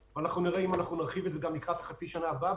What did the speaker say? ונראה אם נרחיב את זה גם לחצי השנה הבאה.